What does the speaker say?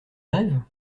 grève